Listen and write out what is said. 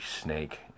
snake